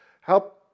Help